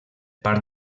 part